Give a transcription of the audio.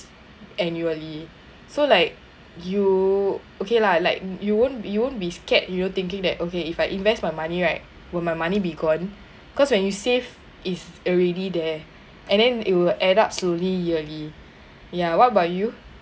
annually so like you okay lah like you won't you won't be scared you know thinking that okay if I invest my money right will my money be gone cause when you save is already there and then it will add up slowly yearly ya what about you